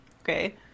Okay